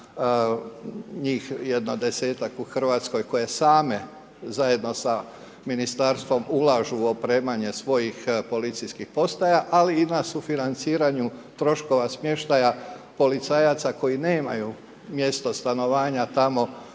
njih jedno 10-ak u Hrvatskoj koje same zajedno sa Ministarstvom ulažu u opremanje svojih policijskih postaja, ali i na sufinanciranju troškova smještaja policajaca koji nemaju mjesto stanovanja tamo